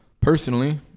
Personally